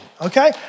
okay